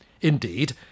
Indeed